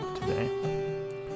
today